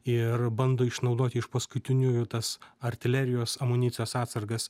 ir bando išnaudoti iš paskutiniųjų tas artilerijos amunicijos atsargas